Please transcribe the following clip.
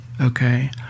okay